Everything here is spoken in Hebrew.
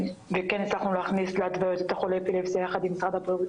הצלחנו להכניס להתוויות את חולי האפילפסיה יחד עם משרד הבריאות.